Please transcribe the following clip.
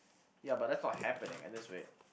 ya but that's not happening at this rate